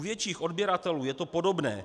U větších odběratelů je to podobné.